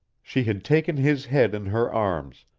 she had taken his head in her arms,